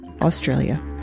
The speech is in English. Australia